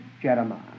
Jeremiah